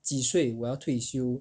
几岁我要退休